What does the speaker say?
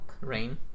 Rain